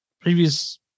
previous